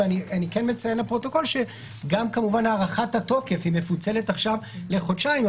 אני מציין לפרוטוקול שגם הארכת התוקף מפוצלת עכשיו לחודשיים,